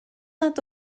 nad